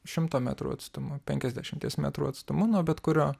šimto metrų atstumu penkiasdešimies metrų atstumu nuo bet kurio